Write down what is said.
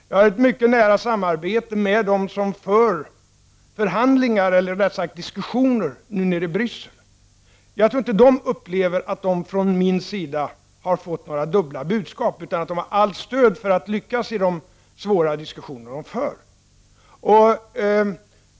Jag har ett mycket nära samarbete med dem som för diskussioner i Bryssel. Jag tror inte att de upplever att de från min sida har fått dubbla budskap, utan de har allt stöd för att lyckas vid de svåra diskussioner som de för.